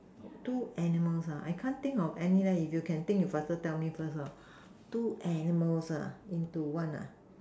two animals ah I can't think of any leh if you can think you faster tell me first lor two animals ah into one ah